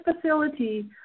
facility